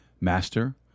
Master